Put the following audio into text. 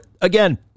again